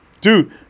Dude